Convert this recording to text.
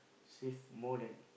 save more than